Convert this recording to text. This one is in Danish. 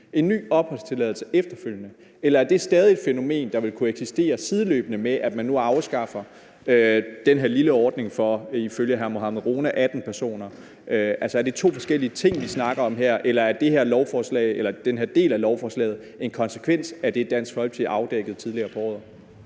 en ny opholdstilladelse efterfølgende. Eller er det stadig et fænomen, der vil kunne eksistere, sideløbende med at man nu afskaffer den her lille ordning for, ifølge hr. Mohammed Rona, 18 personer? Altså, er det to forskellige ting, vi snakker om her, eller er den her del af lovforslaget en konsekvens af det, Dansk Folkeparti afdækkede tidligere på året?